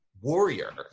warrior